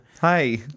hi